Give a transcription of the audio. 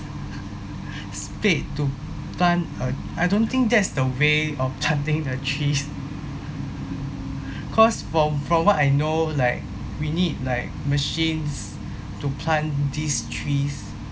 spade to plant uh I don't think that's the way of planting the trees because from from what I know like we need like machines to plant these trees